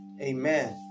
amen